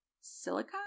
silica